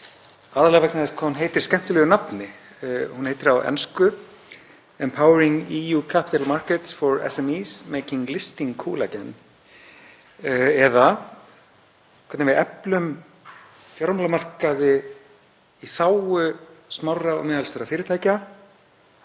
aðallega vegna þess hvað hún heitir skemmtilegu nafni. Hún heitir á ensku „Empowering EU capital markets for SMEs — making listing cool again“ eða hvernig við eflum fjármálamarkaði í þágu smárra og meðalstórra fyrirtækja